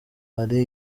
ari